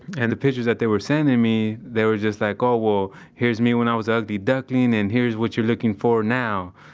and the pictures that they were sending me, they were just like, oh well, here's me when i was an ugly duckling and here's what you're looking for now.